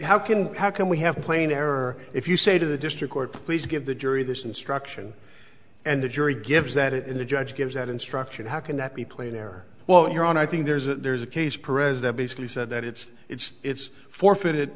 how can how can we have plain error if you say to the district court please give the jury this instruction and the jury gives that it in the judge gives that instruction how can that be played here well your honor i think there's a there's a case president basically said that it's it's in forfeited